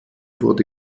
wurde